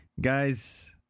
guys